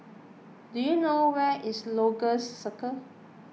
do you know where is Lagos Circle